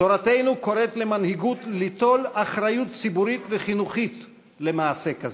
תורתנו קוראת למנהיגות ליטול אחריות ציבורית וחינוכית למעשה כזה.